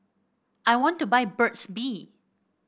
I want to buy Burt's Bee